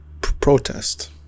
protest